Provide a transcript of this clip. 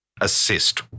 assist